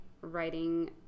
writing